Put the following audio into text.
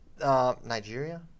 Nigeria